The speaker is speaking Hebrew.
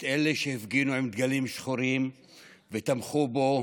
את אלה שהפגינו עם דגלים שחורים ותמכו בו,